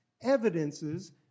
evidences